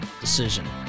decision